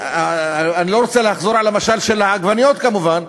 ואני לא רוצה לחזור על המשל של העגבניות, כמובן,